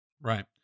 Right